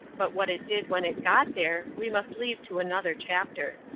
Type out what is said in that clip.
but what it did when it got there, we must leave to another chapter.